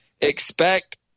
expect